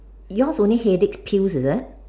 yours only headache pills is it